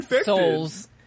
souls